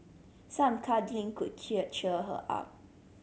some cuddling could cheer cheer her up